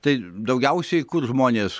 tai daugiausiai kur žmonės